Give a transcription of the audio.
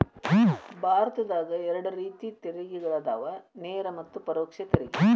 ಭಾರತದಾಗ ಎರಡ ರೇತಿ ತೆರಿಗೆಗಳದಾವ ನೇರ ಮತ್ತ ಪರೋಕ್ಷ ತೆರಿಗೆ